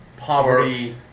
Poverty